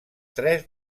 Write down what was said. tres